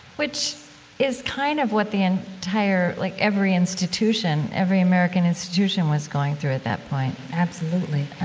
which is kind of what the and entire, like, every institution, every american institution was going through at that point absolutely um,